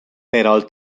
perol